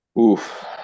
Oof